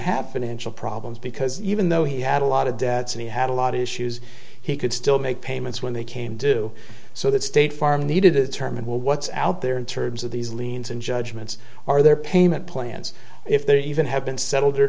initial problems because even though he had a lot of debts and he had a lot of issues he could still make payments when they came due so that state farm need to determine what's out there in terms of these liens and judgments are their payment plans if they even have been settled or